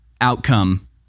outcome